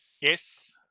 Yes